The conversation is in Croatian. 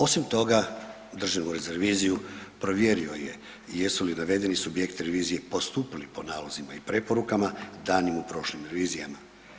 Osim toga Državni ured za reviziju provjerio je jesu li navedeni subjekti revizije postupili po nalozima i preporukama danim u prošlim revizijama.